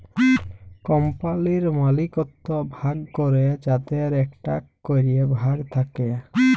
কম্পালির মালিকত্ব ভাগ ক্যরে যাদের একটা ক্যরে ভাগ থাক্যে